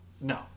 No